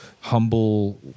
humble